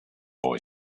boy